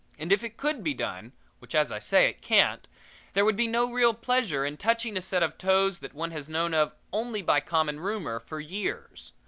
and if it could be done which as i say it can't there would be no real pleasure in touching a set of toes that one has known of only by common rumor for years.